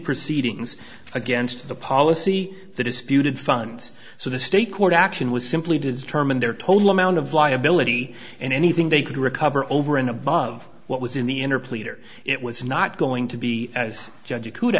proceedings against the policy the disputed funds so the state court action was simply to determine their total amount of liability and anything they could recover over and above what was in the inner pleader it was not going to be as